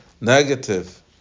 negative